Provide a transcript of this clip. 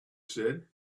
said